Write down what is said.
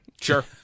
Sure